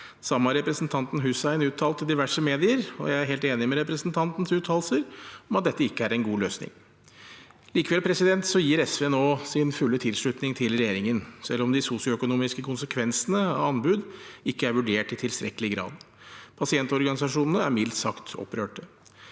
samme har representanten Hussein uttalt i diverse medier, og jeg er helt enig med representantens uttalelser om at dette ikke er en god løsning. Likevel gir SV nå sin fulle tilslutning til regjeringen, selv om de sosioøkonomiske konsekvensene av anbud ikke er vurdert i tilstrekkelig grad. Pasientorganisasjonene er mildt sagt opprørte.